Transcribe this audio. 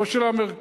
לא של המרכז,